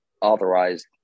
authorized